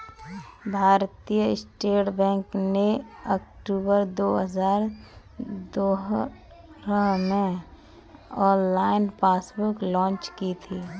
भारतीय State Bank ने अक्टूबर दो हजार चौदह में ऑनलाइन पासबुक लॉन्च की थी